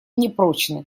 непрочны